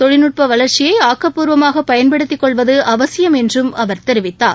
தொழில்நுட்பவளர்ச்சியைஆக்கப்பூர்வமாகபயன்படுத்திக் கொள்வதுஅவசியம் என்றும் அவர் கூறினார்